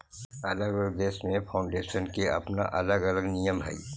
अलग अलग देश में फाउंडेशन के अपना अलग अलग नियम हई